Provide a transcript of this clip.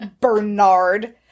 Bernard